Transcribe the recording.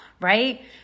right